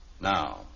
Now